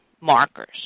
markers